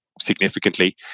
significantly